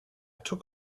took